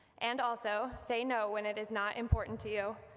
and also, say no when it is not important to you,